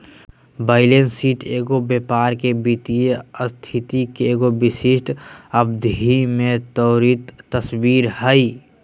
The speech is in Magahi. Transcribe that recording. बैलेंस शीट एगो व्यापार के वित्तीय स्थिति के एगो विशिष्ट अवधि में त्वरित तस्वीर हइ